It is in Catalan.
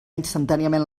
instantàniament